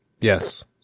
Yes